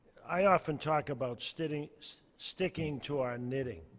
i often talk about sticking so sticking to our knitting.